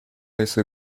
类似